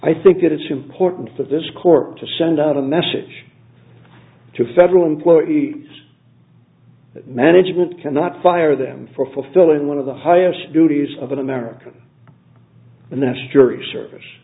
i think that it's important for this court to send out a message to federal employees that management cannot fire them for fulfilling one of the highest duties of an america